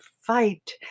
fight